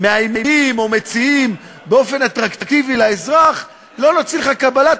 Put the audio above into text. מאיימים או מציעים באופן אטרקטיבי לאזרח לא להוציא לך קבלה,